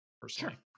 personally